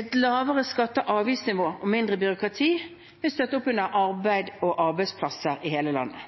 Et lavere skatte- og avgiftsnivå og mindre byråkrati vil støtte opp om arbeid og arbeidsplasser i hele landet.